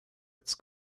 its